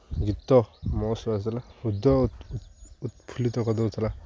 ଗୀତ ମସ୍ତ୍ ବାଜୁଥିଲା ହୃଦୟ ଉତ୍ଫୁଲ୍ଲିତ କରିଦେଉଥିଲା